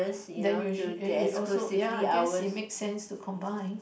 then you it it also ya I guess it make sense to combine